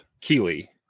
keely